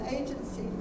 agency